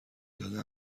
داده